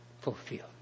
fulfilled